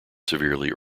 severely